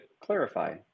clarify